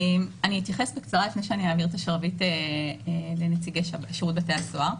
אני אתייחס בקצרה לפני שאני אעביר את השרביט לנציגי שירות בתי הסוהר.